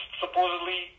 supposedly